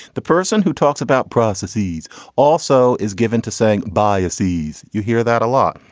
the person who talks about processes also is given to saying biases. you hear that a lot.